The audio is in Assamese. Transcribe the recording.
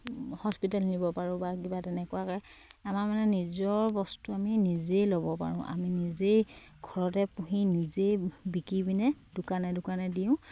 হস্পিটেল নিব পাৰোঁ বা কিবা তেনেকুৱাকে আমাৰ মানে নিজৰ বস্তু আমি নিজেই ল'ব পাৰোঁ আমি নিজেই ঘৰতে পুহি নিজেই বিকি পিনে দোকানে দোকানে দিওঁ